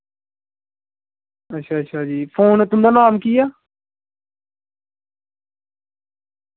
अच्छा अच्छा फोन तुंदा नाम केह् ऐ